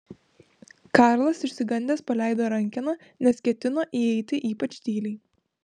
karlas išsigandęs paleido rankeną nes ketino įeiti ypač tyliai